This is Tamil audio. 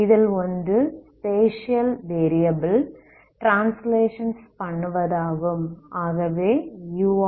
இதில் ஓன்று ஸ்பேஸியல் வேரியபில் ஐ ட்ரான்ஸ்லேசன்ஸ் பண்ணுவதாகும்